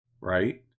right